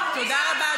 תודה רבה,